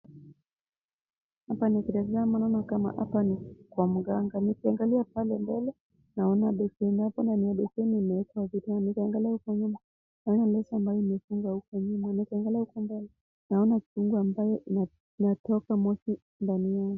Hapa nikitazama naona kama hapa ni kwa mganga. Nikiangalia pale mbele, naona beseni, hapo ndani ya beseni imewekwa bidhaa. Nikiangalia huko nyuma naona leso ambayo imefungwa uko nyuma. Nikiangalia hapa mbele naona chungu ambayo inatoka moshi ndani yake.